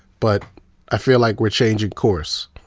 but i feel like we're changing course.